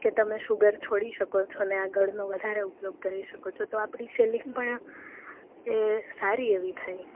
કે તમે શુગર છોડી શકો છો ને આ ગળનો વધારે ઉપયોગ કરી શકો છો તો આપણી સેલિંગ પણ એ સારી એવી થાય